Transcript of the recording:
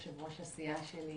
יושב-ראש הסיעה שלי,